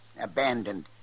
Abandoned